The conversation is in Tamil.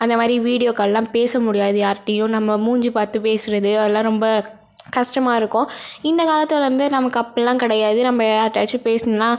அந்த மாதிரி வீடியோ கால்லாம் பேச முடியாது யார்கிட்டையும் நம் மூஞ்சி பார்த்து பேசுகிறது அதலாம் ரொம்ப கஷ்டமா இருக்கும் இந்தக் காலத்தில் வந்து நமக்கு அப்புடில்லாம் கிடையாது நம்ம யார்கிட்டையாச்சும் பேசணுன்னால்